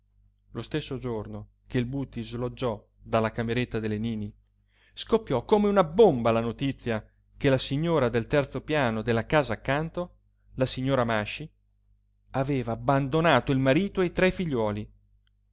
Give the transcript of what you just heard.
lo stesso giorno che il buti sloggiò dalla cameretta delle nini scoppiò come una bomba la notizia che la signora del terzo piano della casa accanto la signora masci aveva abbandonato il marito e i tre figliuoli